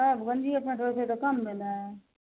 तब गञ्जी पेंट रहय छै कम भेलै